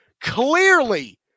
clearly